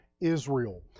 Israel